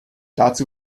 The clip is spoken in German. dazu